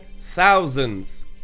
thousands